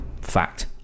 Fact